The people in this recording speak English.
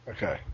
Okay